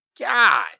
God